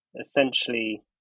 Essentially